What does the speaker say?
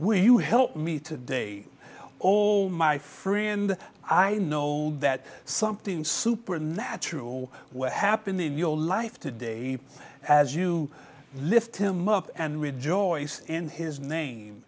will you help me today all my free and i know that something supernatural were happening in your life today as you lift him up and rejoice in his name